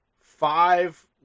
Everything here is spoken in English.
five